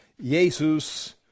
jesus